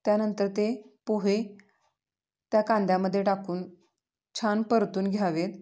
त्यानंतर ते पोहे त्या कांद्यामध्ये टाकून छान परतून घ्यावेत